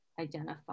identify